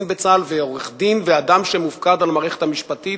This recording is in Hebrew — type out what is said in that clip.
בצה"ל ועורך-דין ואדם שמופקד על המערכת המשפטית.